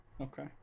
Okay